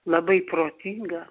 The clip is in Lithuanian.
labai protinga